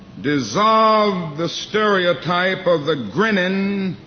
dissolved the stereotype of the grinning,